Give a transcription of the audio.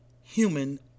human